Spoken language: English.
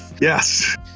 yes